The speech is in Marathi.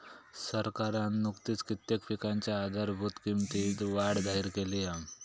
सरकारना नुकतीच कित्येक पिकांच्या आधारभूत किंमतीत वाढ जाहिर केली हा